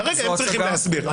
כרגע הם צריכים להסביר.